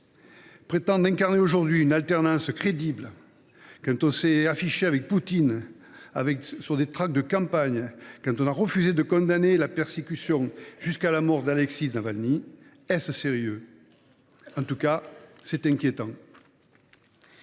prétendre incarner une alternance crédible quand on s’est affiché avec Poutine sur des tracts de campagne et quand on a refusé de condamner la persécution jusqu’à la mort d’Alexeï Navalny ? En tout cas, c’est inquiétant.